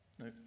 No